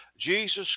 Jesus